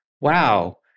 wow